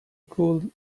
cool